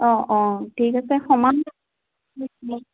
অঁ অঁ ঠিক আছে সোমাম